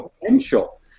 potential